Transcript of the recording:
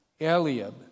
Eliab